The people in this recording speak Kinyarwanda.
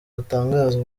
batangaza